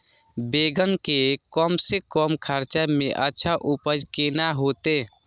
बेंगन के कम से कम खर्चा में अच्छा उपज केना होते?